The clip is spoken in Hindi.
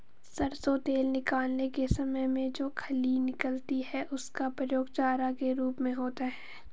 सरसों तेल निकालने के समय में जो खली निकलता है उसका प्रयोग चारा के रूप में होता है